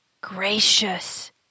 gracious